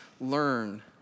learn